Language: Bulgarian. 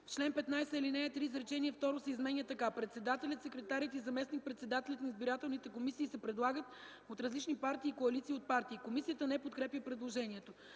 „В чл. 15, ал. 3 изречение второ се изменя така: „Председателят, секретарят и заместник-председателят на избирателните комисии се предлагат от различни партии и коалиции от партии.” Комисията не подкрепя предложението.